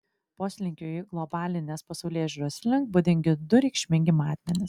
poslinkiui globalinės pasaulėžiūros link būdingi du reikšmingi matmenys